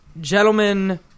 gentlemen